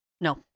No